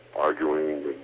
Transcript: arguing